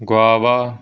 guava